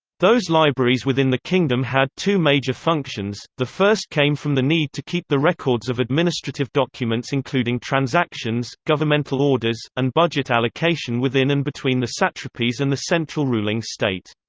those libraries within the kingdom had two major functions the first came from the need to keep the records of administrative documents including transactions, governmental orders, and budget allocation within and between the satrapies and the central ruling state.